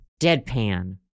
deadpan